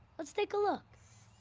let's take a look.